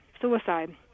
Suicide